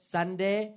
Sunday